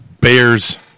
Bears